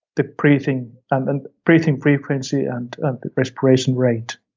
the breathing, and and breathing frequency and respiration rate